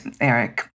Eric